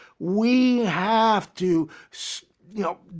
we have to, you know,